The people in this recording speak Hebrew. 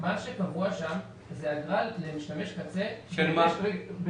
מה שקבוע שם זאת אגרה למשתמש קצה ברשת...